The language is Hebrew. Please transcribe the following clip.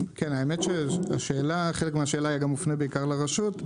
חלק מהשאלה הופנה בעיקר לרשות,